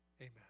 Amen